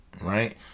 right